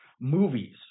movies